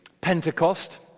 Pentecost